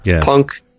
punk